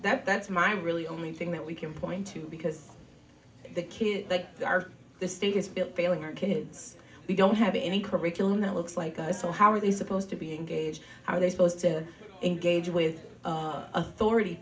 that that's my really only thing that we can point to because the kids that are the state has been failing our kids we don't have any curriculum that looks like us so how are they supposed to be engaged how are they supposed to engage with authority